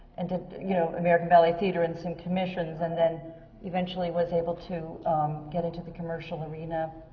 and you know, american ballet theatre and some commissions, and then eventually was able to get into the commercial arena.